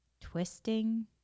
Twisting